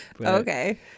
Okay